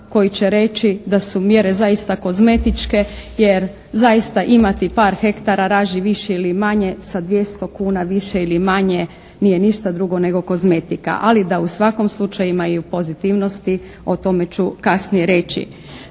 koji će reći da su mjere zaista kozmetičke. Jer zaista imati par hektara raži više ili manje sa 200 kuna više ili manje nije ništa drugo nego kozmetika. Ali da u svakom slučaju imaju pozitivnosti, o tome ću kasnije reći.